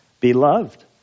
Beloved